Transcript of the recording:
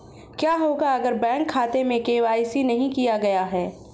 क्या होगा अगर बैंक खाते में के.वाई.सी नहीं किया गया है?